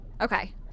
Okay